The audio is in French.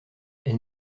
elle